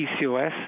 PCOS